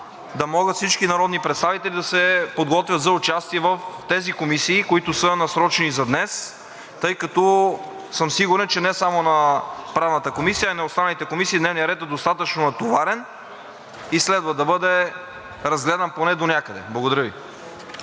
да могат всички народни представители да се подготвят за участие в тези комисии, които са насрочени за днес, тъй като съм сигурен, че не само на Правната комисия, а и на останалите комисии дневният ред е достатъчно натоварен и следва да бъде разгледан поне донякъде. Благодаря Ви.